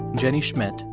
jenny schmidt,